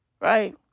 Right